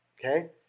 Okay